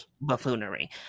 buffoonery